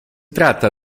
tratta